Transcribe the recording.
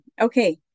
Okay